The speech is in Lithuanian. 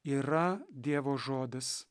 yra dievo žodis